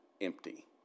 empty